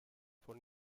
von